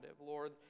lord